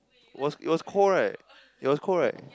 was it was cold right it was cold right